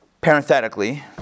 Parenthetically